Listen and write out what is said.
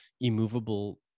immovable